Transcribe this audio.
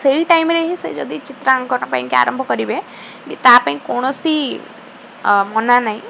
ସେଇ ଟାଇମ୍ରେ ହିଁ ସେ ଯଦି ଚିତ୍ରାଙ୍କନ ପାଇଁକି ଆରମ୍ଭ କରିବେ ବି ତା ପାଇଁ କୌଣସି ମନା ନାଇଁ